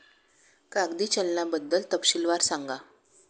कागदी चलनाबद्दल तपशीलवार सांगा